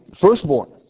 Firstborn